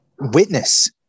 witness